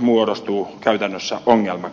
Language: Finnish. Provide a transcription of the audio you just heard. muodostuu käytännössä ongelmaksi